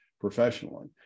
professionally